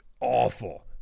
awful